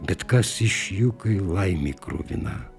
bet kas iš jų kai laimė kruvina